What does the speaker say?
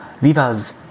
vivas